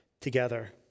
together